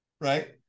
right